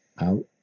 out